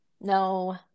No